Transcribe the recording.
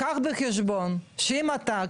קח בחשבון שאם אתה,